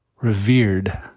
revered